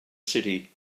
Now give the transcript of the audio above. city